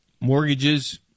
Mortgages